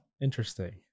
Interesting